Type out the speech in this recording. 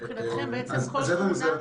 שאלת אם יש לי יכולת לדעת